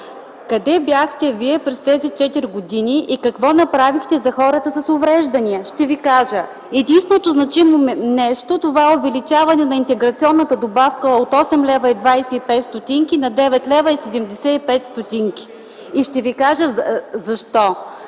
Къде бяхте Вие през тези четири години и какво направихте за хората с увреждания? Ще Ви кажа: единственото значимо нещо е увеличаването на интеграционната добавка от 8,25 лв. на 9,75 лв. И ще Ви кажа защо.